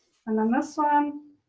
and then this one.